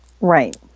Right